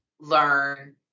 learn